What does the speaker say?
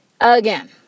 Again